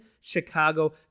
Chicago